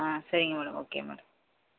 ஆ சரிங்க madam okay madam